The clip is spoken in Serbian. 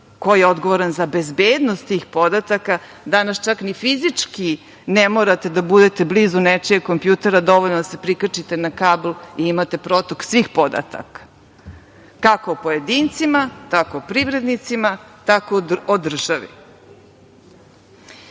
ko je odgovoran za bezbednost tih podataka. Danas čak ni fizički ne morate da budete blizu nečijeg kompjutera, već je dovoljno da se prikačite na kabl i imate protok svih podataka, kako pojedincima, tako privrednicima, tako od